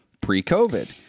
pre-COVID